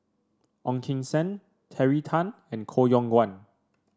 Ong Keng Sen Terry Tan and Koh Yong Guan